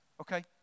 Okay